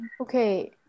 Okay